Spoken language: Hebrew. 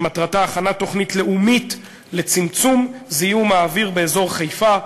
שמטרתה הכנת תוכנית לאומית לצמצום זיהום האוויר באזור חיפה.